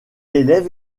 élèvent